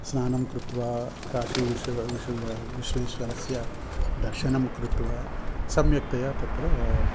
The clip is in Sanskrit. स्नानं कृत्वा काशी विश् विश्व् विश्वेश्वरस्य दर्शनं कृत्वा सम्यक्तया तत्र